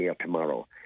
tomorrow